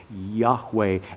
Yahweh